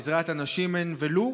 בעזרת הנשים אין ולו